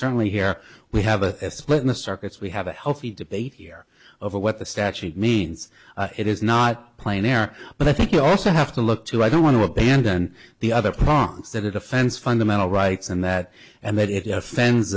certainly here we have a split in the circuits we have a healthy debate here over what the statute means it is not playing there but i think you also have to look to i don't want to abandon the other plans that it offends fundamental rights and that and th